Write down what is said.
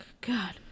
God